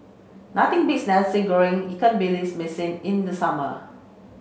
nothing beats Nasi Goreng Ikan billions Masin in the summer